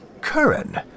Curran